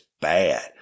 bad